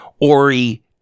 Ori